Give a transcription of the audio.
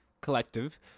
collective